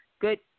good